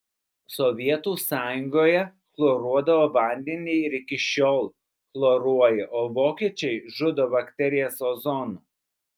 sovietų sąjungoje chloruodavo vandenį ir iki šiol chloruoja o vokiečiai žudo bakterijas ozonu